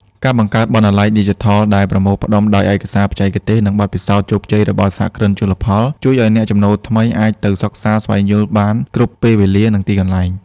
ការបង្កើតបណ្ណាល័យឌីជីថលដែលប្រមូលផ្ដុំដោយឯកសារបច្ចេកទេស និងបទពិសោធន៍ជោគជ័យរបស់សហគ្រិនជលផល ជួយឱ្យអ្នកចំណូលថ្មីអាចចូលទៅសិក្សាស្វែងយល់បានគ្រប់ពេលវេលា និងទីកន្លែង។